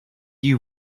you